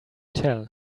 tell